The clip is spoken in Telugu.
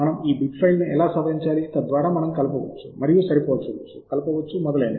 మనం ఈ బిబ్ ఫైళ్ళను ఎలా సవరించాలి తద్వారా మనం కలపవచ్చు మరియు సరిపోల్చవచ్చు కలపవచ్చు మొదలైనవి